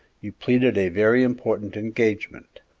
you pleaded a very important engagement.